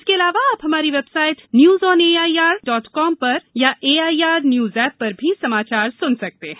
इसके अलावा आप हमारी website news on A I R dot N I C dot I N पर अथवा A I R news app पर भी समाचार सुन सकते हैं